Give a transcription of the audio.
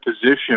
position